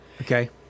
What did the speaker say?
Okay